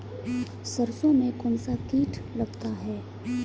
सरसों में कौनसा कीट लगता है?